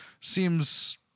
seems